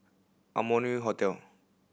Amoy Hotel